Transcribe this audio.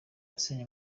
yasinye